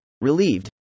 relieved